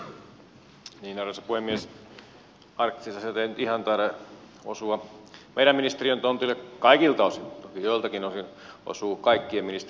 arktiset asiat nyt eivät ihan taida osua meidän ministeriön tontille kaikilta osin toki joiltakin osin osuvat kaikkien ministeriöiden tontille